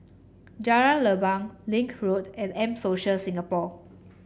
Jalan Leban Link Road and M Social Singapore